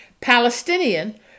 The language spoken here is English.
Palestinian